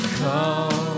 come